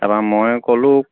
তাৰপৰা মই ক'লোঁ